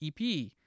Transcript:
EP